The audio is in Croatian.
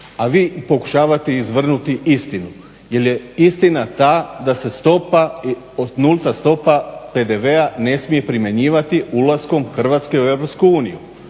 a vi pokušavate izvrnuti istinu jer je istina ta da se nulta stopa PDV-a ne smije primjenjivati ulaskom Hrvatske u